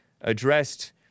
addressed